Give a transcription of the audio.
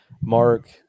Mark